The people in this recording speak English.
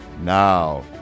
Now